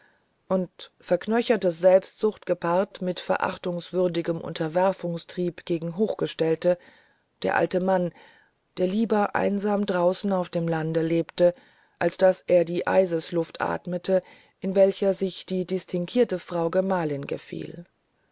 und verknöcherte selbstsucht gepaart mit verachtungswürdigem unterwerfungstrieb gegen hochgestellte der alte mann der lieber einsam draußen auf dem lande lebte als daß er die eisesluft atmete in welcher sich die distinguierte frau gemahlin gefiel